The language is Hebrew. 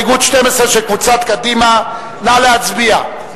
קבוצת רע"ם-תע"ל מציעות.